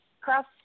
Cross